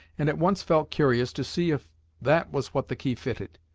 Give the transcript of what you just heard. and at once felt curious to see if that was what the key fitted.